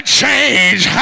change